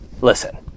listen